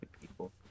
people